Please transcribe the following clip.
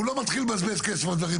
ולא מתחיל לבזבז כסף על דברים.